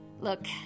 Look